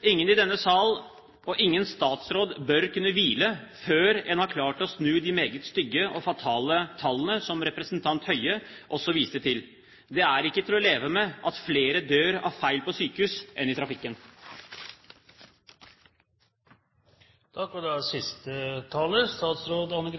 Ingen i denne salen, og ingen statsråd, bør kunne hvile før en har klart å snu de meget stygge og fatale tallene, som representanten Høie også viste til. Det er ikke til å leve med at flere dør av feil behandling på sykehus enn